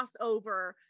crossover